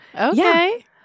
Okay